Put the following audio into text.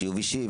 חיוב אישי,